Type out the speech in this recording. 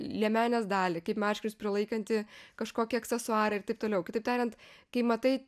liemenės dalį kaip marškinius prilaikantį kažkokį aksesuarą ir taip toliau kitaip tariant kai matai